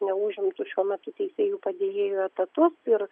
neužimtus šiuo metu teisėjų padėjėjų etatus ir